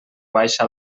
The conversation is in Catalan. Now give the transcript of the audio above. baixa